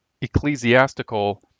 ecclesiastical